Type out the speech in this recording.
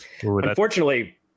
Unfortunately